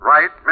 Right